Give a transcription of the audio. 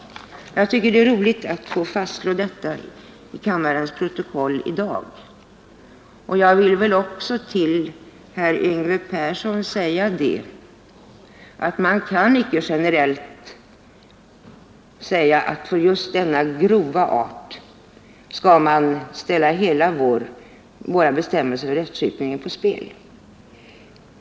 Jag tycker det är viktigt att få detta fastslaget i kammarens protokoll i dag. Till herr Persson i Stockholm vill jag säga: Man kan icke generellt föreskriva att man för just denna grova art av brott skall ställa alla våra lagbestämmelser för rättskipningen på spel.